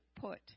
put